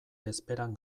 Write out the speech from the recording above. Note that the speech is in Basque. bezperan